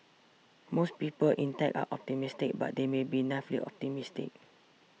most people in tech are optimistic but they may be naively optimistic